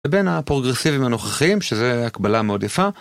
לבין הפורגרסיבים הנוכחיים, שזו הקבלה מאוד יפה.